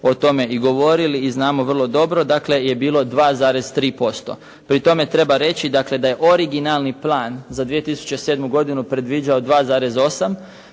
o tome i govorili i znamo vrlo dobro dakle je bilo 2,3%. Pri tome treba reći dakle da je originalni plan za 2007. godinu predviđao 2,8.